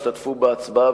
ישתתפו בהצבעה,